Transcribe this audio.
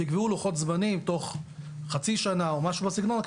שייקבעו לוחות זמנים תוך חצי שנה או משהו בסגנון,